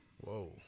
Whoa